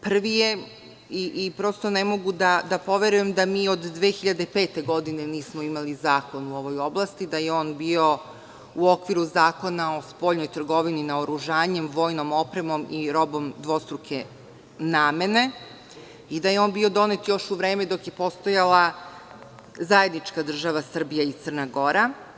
Prvi je, prosto ne mogu da poverujem da mi od 2005. godine nismo imali zakon u ovoj oblasti, da je on bio u okviru Zakona o spoljnoj trgovini, naoružanjem, vojnom opremom i robom dvostruke namene i da je on bio donet još u vreme dok je postojala zajednička država Srbija i Crna Gora.